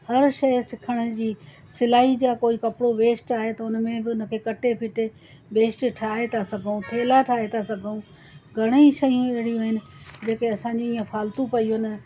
हर शइ सिखण जी सिलाई जा कोई कपिड़ो वेस्ट आहे त उन में बि उन खे कटे फिटे बेस्ट ठाहे था सघूं थेला ठाहे था सघऊं घणेई शयूं अहिड़ियूं आहिनि जेके असांजी ईअं फाल्तू पियूं आहिनि